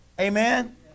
Amen